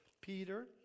Peter